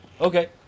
Okay